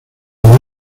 los